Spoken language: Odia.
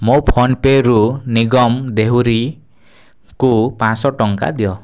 ମୋ ଫୋନ୍ପେରୁ ନିଗମ ଦେହୁରୀଙ୍କୁ ପାଞ୍ଚଶହ ଟଙ୍କା ଦିଅ